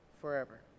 forever